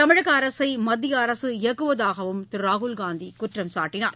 தமிழக அரசை மத்திய அரசு இயக்குவதாகவும் திரு ராகுல்காந்தி குற்றம் சாட்டினார்